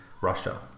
Russia